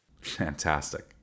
Fantastic